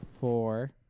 four